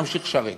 נמשיך לשרת.